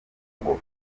ngo